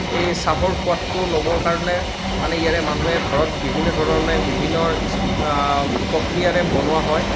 এই চাহৰ সোৱাদটো ল'বৰ কাৰণে মানে ইয়াৰে মানুহে ঘৰত বিভিন্ন ধৰণে বিভিন্ন প্ৰক্ৰিয়াৰে বনোৱা হয়